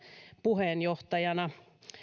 puheenjohtajana